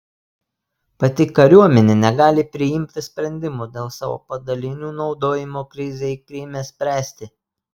pati kariuomenė negali priimti sprendimo dėl savo padalinių naudojimo krizei kryme spręsti